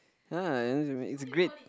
uh it's great